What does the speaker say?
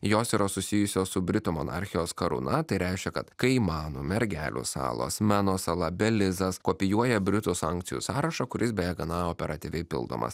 jos yra susijusios su britų monarchijos karūna tai reiškia kad kaimanų mergelių salos meno sala belizas kopijuoja britų sankcijų sąrašą kuris beje gana operatyviai pildomas